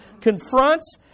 Confronts